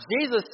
Jesus